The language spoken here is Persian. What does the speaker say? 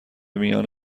میان